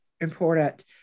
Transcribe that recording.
important